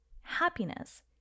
happiness